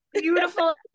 beautiful